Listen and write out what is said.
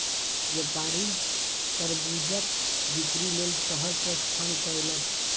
व्यापारी तरबूजक बिक्री लेल शहर प्रस्थान कयलक